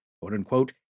quote-unquote